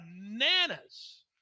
bananas